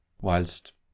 whilst